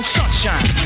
sunshine